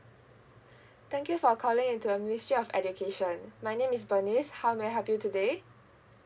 thank you for calling into uh ministry of education my name is bernice how may I help you today